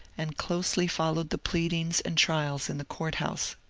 and closely followed the pleadings and trials in the court-house.